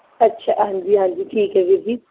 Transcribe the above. ਅੱਛਾ ਹਾਂਜੀ ਹਾਂਜੀ ਠੀਕ ਹੈ ਵੀਰ ਜੀ